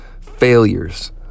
failures